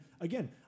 again